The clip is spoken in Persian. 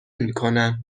میکنن